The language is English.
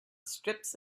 strips